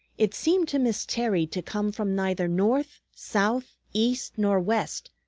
it seemed to miss terry to come from neither north, south, east, nor west,